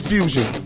Fusion